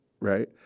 right